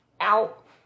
out